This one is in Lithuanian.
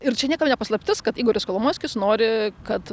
ir čia niekam ne paslaptis kad igoris kolomoiskis nori kad